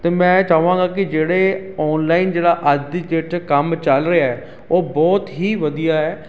ਅਤੇ ਮੈਂ ਚਾਹਵਾਂ ਗਾ ਕਿ ਜਿਹੜੇ ਔਨਲਾਈਨ ਜਿਹੜਾ ਅੱਜ ਦੀ ਡੇਟ 'ਚ ਕੰਮ ਚੱਲ ਰਿਹਾ ਹੈ ਉਹ ਬਹੁਤ ਹੀ ਵਧੀਆ ਹੈ